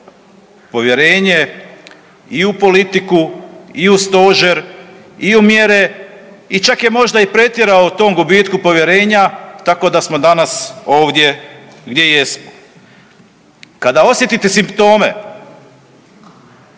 povjerenje i u politiku i u stožer i u mjere i čak je možda i pretjerao u tom gubitku povjerenja, tako da smo danas ovdje gdje jesmo. Kada osjetite simptome,